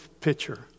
picture